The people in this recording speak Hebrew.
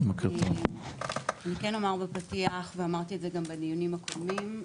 אני כן אומר בפתיח ואמרתי גם בדיונים הקודמים,